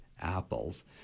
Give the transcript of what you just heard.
apples